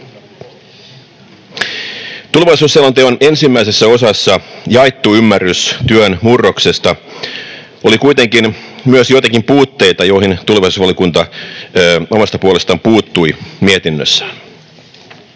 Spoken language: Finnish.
Tulevaisuusselonteon ensimmäisessä osassa, ”Jaettu ymmärrys työn murroksesta”, oli kuitenkin myös joitakin puutteita, joihin tulevaisuusvaliokunta omasta puolestaan puuttui mietinnössään.